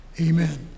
amen